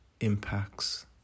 impacts